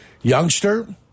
youngster